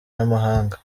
n’amahanga